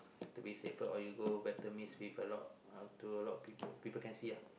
to be safer or you go better miss with a lot to a lot of people people can see ah